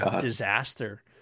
disaster